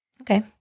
Okay